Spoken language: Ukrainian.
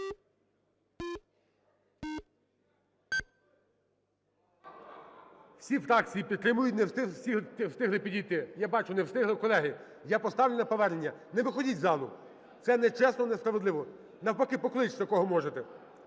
Всі фракції підтримують, не всі встигли підійти. Я бачу, не встигли. Колеги, я поставлю на повернення, не виходьте з залу, це не чесно, несправедливо, навпаки, покличте кого можете.